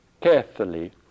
carefully